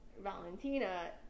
valentina